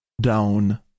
Down